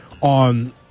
on